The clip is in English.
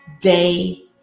day